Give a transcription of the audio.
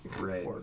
Right